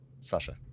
Sasha